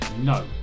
No